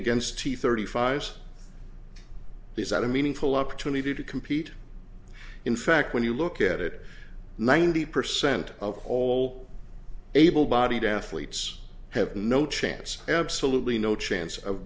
against t thirty five is not a meaningful opportunity to compete in fact when you look at it ninety percent of all able bodied athletes have no chance absolutely no chance of